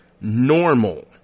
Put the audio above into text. normal